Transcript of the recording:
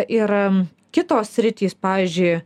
ir kitos sritys pavyzdžiui